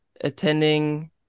attending